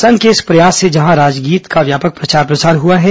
संघ के इस प्रयास से जहां राज्यगीत का व्यापक प्रचार प्रसार हुआ है